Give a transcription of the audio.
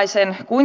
lisärahaa